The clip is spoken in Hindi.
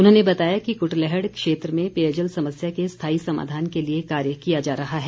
उन्होंने बताया कि कुटलैहड़ क्षेत्र में पेयजल समस्या के स्थायी समाधान के लिए कार्य किया जा रहा है